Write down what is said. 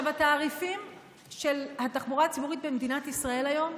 התעריפים של התחבורה הציבורית במדינת ישראל היום,